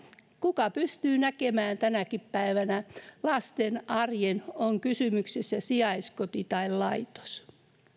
kuka pystyy näkemään tänäkin päivänä lasten arjen on sitten kysymyksessä sijaiskoti tai laitos